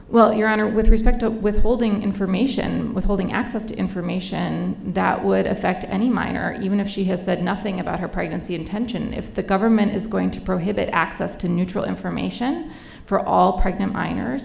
well your honor with respect to withholding information withholding access to information that would affect any minor even if she has said nothing about her pregnancy intention if the government is going to prohibit access to neutral information for all pregnant minors